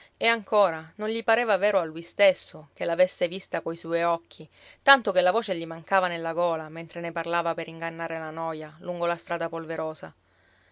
e ancora non gli pareva vero a lui stesso che l'avesse vista coi suoi occhi tanto che la voce gli mancava nella gola mentre ne parlava per ingannare la noia lungo la strada polverosa